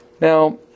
Now